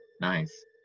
Nice